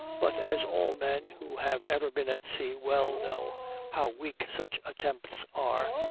but as all men who have ever been at sea well know how weak such attempts are,